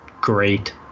great